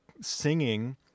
singing